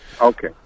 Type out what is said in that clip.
Okay